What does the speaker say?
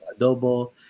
adobo